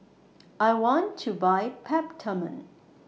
I want to Buy Peptamen